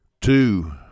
Two